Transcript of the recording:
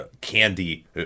candy